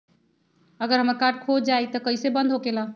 अगर हमर कार्ड खो जाई त इ कईसे बंद होकेला?